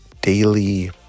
daily